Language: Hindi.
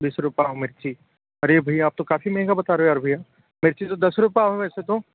बीस रुपये पाव मिर्ची अरे भैया आप तो काफ़ी महंगा बता रहे हो यार भैया मिर्ची तो दस रुपये पाव है वैसे तो